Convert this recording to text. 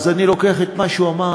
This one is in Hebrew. אז אני לוקח את מה שהוא אמר.